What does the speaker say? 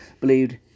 believed